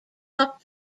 cup